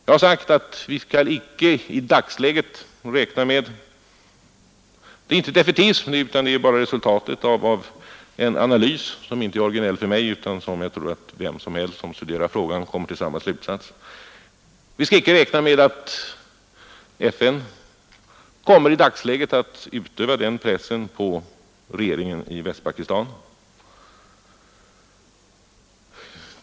Jag har sagt att vi i dagsläget — och det är ingen defaitism utan resultatet av en analys som inte är originell; jag tror att vem som helst som studerar frågan kommer till samma slutsats — inte skall räkna med att FN kommer att kunna utöva den pressen på regeringen i Västpakistan.